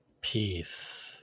Peace